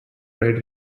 bride